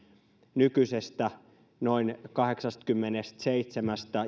nykyisestä noin kahdeksastakymmenestäseitsemästä